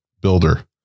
builder